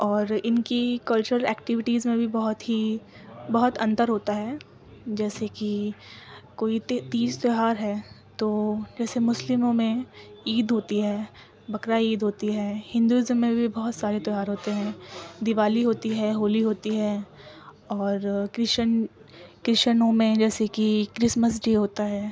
اور ان کی کلچر ایکٹوٹیز میں بھی بہت ہی بہت انتر ہوتا ہے جیسے کہ کوئی تیج تہوار ہے تو جیسے مسلموں میں عید ہوتی ہے بکرا عید ہوتی ہے ہندوازم میں بھی بہت سارے تہوار ہوتے ہیں دیوالی ہوتی ہے ہولی ہوتی ہے اور کرشن کرشنوں میں جیسے کہ کرسمس ڈے ہوتا ہے